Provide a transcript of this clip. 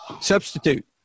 Substitute